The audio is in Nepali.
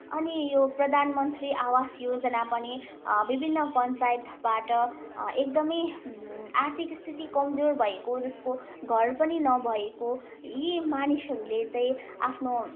अनि यो प्रधानमन्त्री आवास योजना पनि विभिन्न पञ्चायतबाट एकदमै आर्थिक स्थिति कमजोर भएको जसको घर पनि नभएको यी मानिसहरूले चाहिँ आफ्नो